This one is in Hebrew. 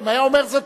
אם היה אומר זאת,